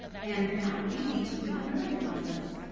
and that really took me out of my writing process,